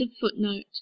footnote